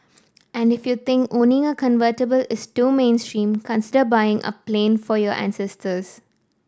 and if you think owning a convertible is too mainstream consider buying a plane for your ancestors